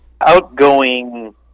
outgoing